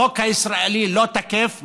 החוק הישראלי לא תקף.